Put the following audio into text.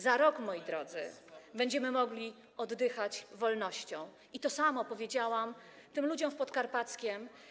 Za rok, moi drodzy, będziemy mogli oddychać wolnością, to samo powiedziałam tym ludziom w Podkarpackiem.